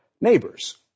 neighbors